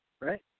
right